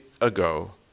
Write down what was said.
ago